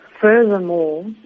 Furthermore